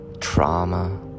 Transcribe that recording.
trauma